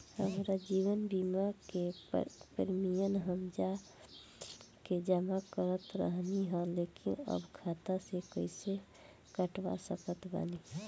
हमार जीवन बीमा के प्रीमीयम हम जा के जमा करत रहनी ह लेकिन अब खाता से कइसे कटवा सकत बानी?